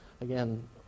again